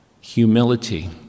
humility